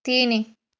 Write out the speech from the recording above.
ତିନି